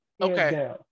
Okay